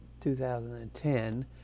2010